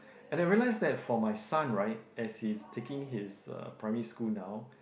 and I realise that for my son right as he's taking his uh primary school now